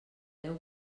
deu